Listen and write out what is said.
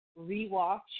rewatch